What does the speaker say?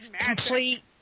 complete